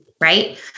right